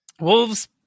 Wolves